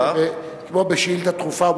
כמו בשאילתא דחופה,